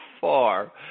far